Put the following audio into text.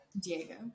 Diego